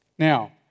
Now